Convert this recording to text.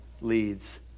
leads